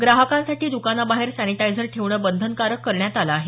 ग्राहकांसाठी दकानाबाहेर सॅनिटायझर ठेवणं बंधनकारक करण्यात आलं आहे